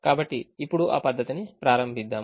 కాబట్టి ఇప్పుడు ఆ పద్ధతిని ప్రారంభిద్దాం